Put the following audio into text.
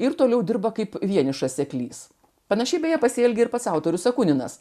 ir toliau dirba kaip vienišas seklys panašiai beje pasielgė ir pats autorius jakuninas